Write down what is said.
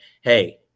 hey